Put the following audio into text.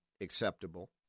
acceptable